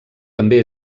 també